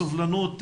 סובלנות,